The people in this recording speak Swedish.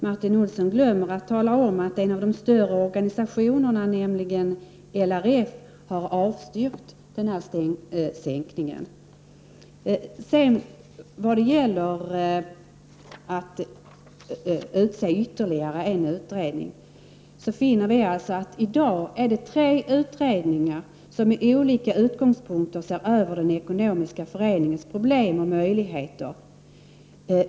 Martin Olsson glömmer att tala om att en av de större organisationerna, nämligen LRF, har avstyrkt sänkningen. Vidare har vi detta med att utse ytterligare en utredning. Men vi ser att det i dag finns tre utredningar som med olika utgångspunkter ser över den ekonomiska föreningens problem och möjligheter.